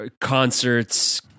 concerts